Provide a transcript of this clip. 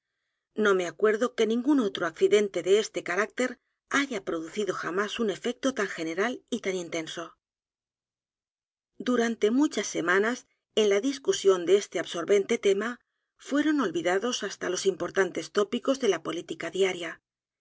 no me acuerdo que ningún otro accidente de este carácter haya producido jamás un efecto tan general y tan intenso durante muchas semanas en la discusión de este absorbente tema fueron olvidados h a s t a los importantes tópicos de la política diaria